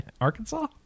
Arkansas